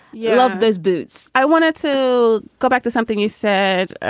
you love those boots i wanted to go back to something you said.